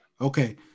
okay